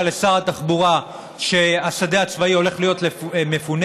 לשר התחבורה שהשדה הצבאי הולך להיות מפונה,